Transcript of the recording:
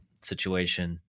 situation